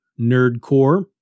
nerdcore